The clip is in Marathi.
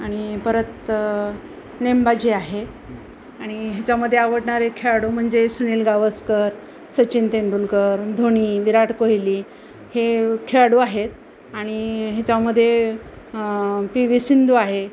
आणि परत नेमबाजी आहे आणि याच्यामध्ये आवडणारे खेळाडू म्हणजे सुनील गावस्कर सचिन तेंडुलकर धोनी विराट कोहली हे खेळाडू आहेत आणि याच्यामध्ये पी वी सिंधू आहे